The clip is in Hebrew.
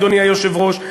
אדוני היושב-ראש,